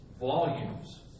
volumes